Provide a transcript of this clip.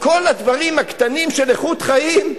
כל הדברים הקטנים של איכות חיים,